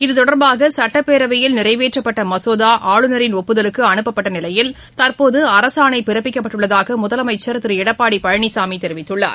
இத்தொடர்பாக சட்டப்பேரவையில் நிறைவேற்றப்பட்ட மசோதா ஆளுநரின் ஒப்புதலுக்கு அனுப்பப்பட்ட நிலையில் தற்போது அரசாணை பிறப்பிக்கப்பட்டுள்ளதாக முதலமைச்சர் திரு எடப்பாடி பழனிசாமி தெரிவித்துள்ளார்